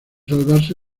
salvarse